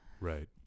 right